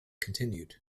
continued